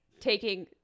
taking